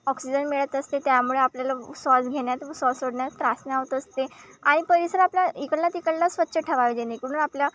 oxygen मिळत असते त्यामुळे आपल्याला श्वास घेण्यात व श्वास सोडण्यात त्रास नाही होत असते आणि परिसर आपला इकडला तिकडला स्वच्छ ठेवावे जेणेकरून आपल्या